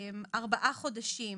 ארבעה חודשים